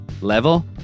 level